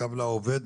'קו לעובד'.